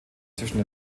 zwischen